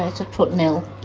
ah put nil.